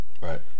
Right